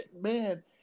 Man